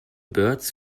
birds